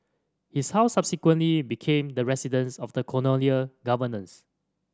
his house subsequently became the residence of the colonial governors